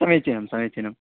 समीचीनं समीचीनम्